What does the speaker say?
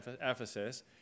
Ephesus